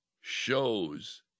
shows